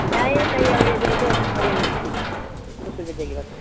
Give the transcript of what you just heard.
नहीं तो इ अभी ऐसे ऐसे अब आगे नहीं देंगे दो सौ रुपया देंगे बस